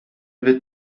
wird